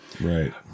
right